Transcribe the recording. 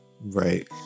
right